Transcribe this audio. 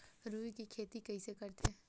रुई के खेती कइसे करथे?